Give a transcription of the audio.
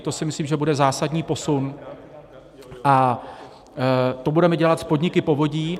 To si myslím, že bude zásadní posun, a to budeme dělat s podniky povodí.